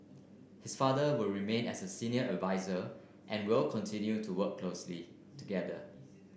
his father will remain as a senior adviser and will continue to work closely together